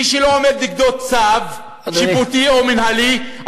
מי שלא עומד נגדו צו שיפוטי או מינהלי.